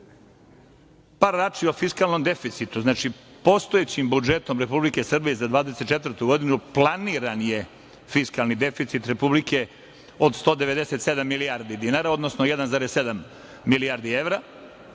reči o fiskalnom deficitu. Postojećim budžetom Republike Srbije za 2024. godinu planiran je fiskalni deficit Republike od 197 milijardi dinara, odnosno 1,7 milijardi evra,